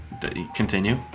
Continue